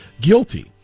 guilty